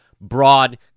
broad